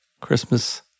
Christmas